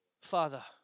Father